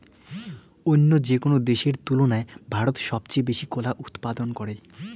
অইন্য যেকোনো দেশের তুলনায় ভারত সবচেয়ে বেশি কলা উৎপাদন করে